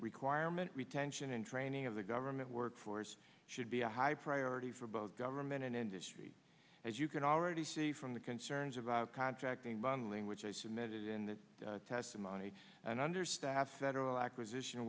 requirement retention and training of the government workforce should be a high priority for both government and industry as you can already see from the concerns of the contracting bundling which i submitted in the testimony and understaffed federal acquisition